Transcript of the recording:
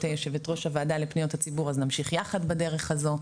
יו"ר הוועדה לפניות הציבור אז נמשיך יחד בדרך הזו,